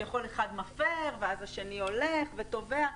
שכביכול אחד מפר ואז השני הולך, ותובע.